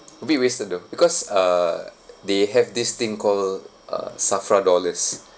a bit wasted though because uh they have this thing call uh SAFRA dollars